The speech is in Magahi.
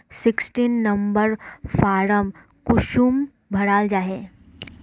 सिक्सटीन नंबर फारम कुंसम भराल जाछे?